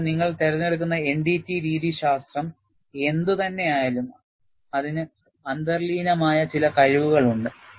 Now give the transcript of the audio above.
അതിനാൽ നിങ്ങൾ തിരഞ്ഞെടുക്കുന്ന NDT രീതിശാസ്ത്രം എന്തുതന്നെയായാലും അതിന് അന്തർലീനമായ ചില കഴിവുകളുണ്ട്